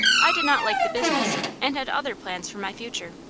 i did not like the business and had other plans for my future.